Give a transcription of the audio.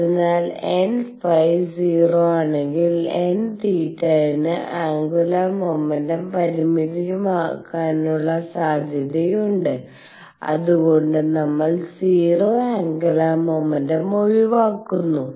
അതിനാൽ nϕ 0 ആണെങ്കിലും nθ ന് ആന്ഗുലർ മോമെന്റും പരിമിതമാകാനുള്ള സാധ്യതയുണ്ട് അതുകൊണ്ട് നമ്മൾ 0 ആന്ഗുലർ മൊമെന്റംഒഴിവാക്കുന്നു